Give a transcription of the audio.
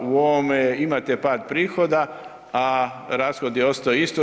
U ovome imate pad prihoda, a rashodi ostaju isto.